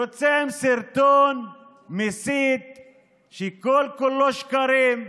יוצא עם סרטון מסית שכל-כולו שקרים.